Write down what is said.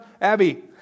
Abby